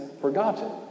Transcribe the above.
forgotten